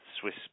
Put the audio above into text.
Swiss